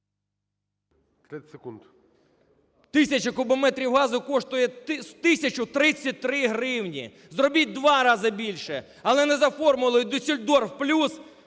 … 1000 кубометрів газу коштує 1033 гривні. Зробіть у 2 рази більше, але не за формулою "Дюссельдорф плюс"